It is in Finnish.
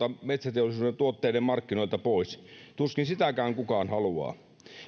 metsäteollisuuden tuotteiden markkinoilta pois tuskin sitäkään kukaan haluaa